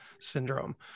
syndrome